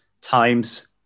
times